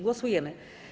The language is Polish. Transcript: Głosujemy.